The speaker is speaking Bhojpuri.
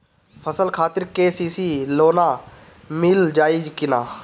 फसल खातिर के.सी.सी लोना मील जाई किना?